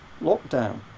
lockdown